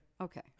Okay